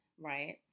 right